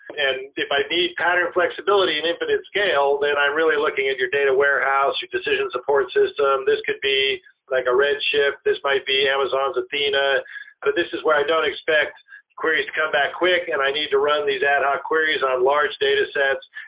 and if i need pattern flexibility and infinite scale, then i'm really looking into your data warehouse, your decision support system. this could be like a red shift. this might be amazon's athena. but this is where i don't expect queries to come back quick and i need to run these ad hoc queries on large datasets.